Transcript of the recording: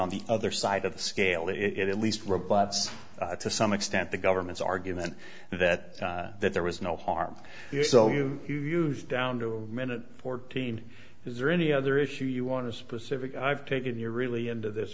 on the other side of the scale it at least robots to some extent the government's argument that that there was no harm so you use down to minute fourteen is there any other issue you want to specific i've taken you're really into this